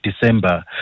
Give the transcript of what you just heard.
december